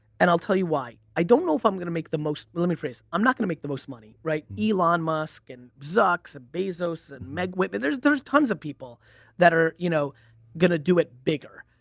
and i'll tell you why. i don't know if i'm gonna make the most, let me rephrase. i'm not gonna make the most money, right? elon musk and zucks and bezos and meg whitman, there's there's tons of people that are you know gonna do it bigger.